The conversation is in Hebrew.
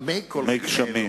מי הקולחין האלה, מי גשמים.